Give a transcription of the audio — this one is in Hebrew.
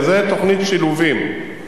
זאת תוכנית "שילובים".